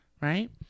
right